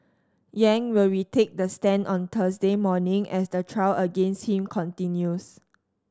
Yang will retake the stand on Thursday morning as the trial against him continues